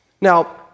Now